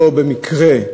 לא במקרה,